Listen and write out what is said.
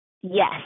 Yes